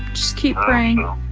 keep praying.